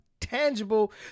tangible